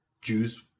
Jews